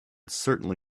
certainly